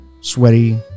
sweaty